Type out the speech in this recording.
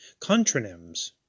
contronyms